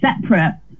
separate